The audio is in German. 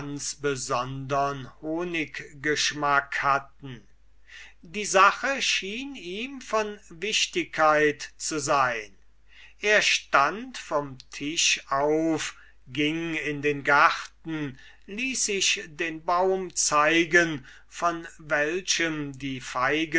besondern honiggeschmack hatten die sache schien ihm von wichtigkeit zu sein er stund vom tisch auf ging in den garten ließ sich den baum zeigen von welchem die feigen